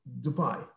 Dubai